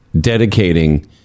dedicating